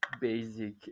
basic